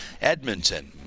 Edmonton